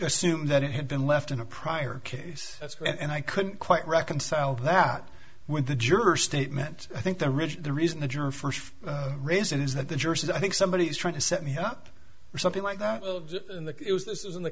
assumed that it had been left in a prior case and i couldn't quite reconcile that with the juror statement i think the rich the reason the jurors first reason is that the jurors i think somebody is trying to set me up or something like that it was this is in the